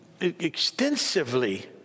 extensively